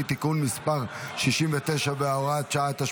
(תיקון מס' 69 והוראת שעה) (תיקון),